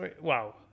Wow